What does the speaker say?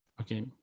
okay